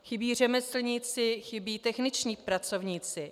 Chybí řemeslníci, chybí techničtí pracovníci.